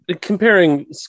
comparing